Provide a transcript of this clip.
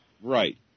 Right